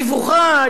מבוכה,